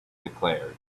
declared